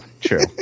true